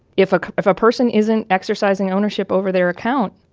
if ah if a person isn't exercising ownership over their account,